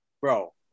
bro